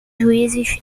juízes